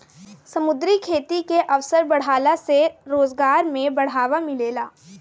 समुंद्री खेती के अवसर बाढ़ला से रोजगार में बढ़ावा मिलेला